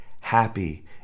happy